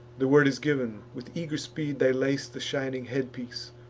the word is giv'n with eager speed they lace the shining headpiece,